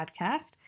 podcast